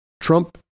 Trump